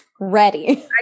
ready